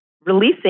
releasing